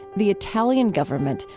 the italian government,